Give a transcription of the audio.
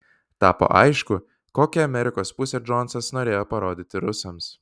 tapo aišku kokią amerikos pusę džonsas norėjo parodyti rusams